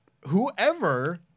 whoever